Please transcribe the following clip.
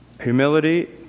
humility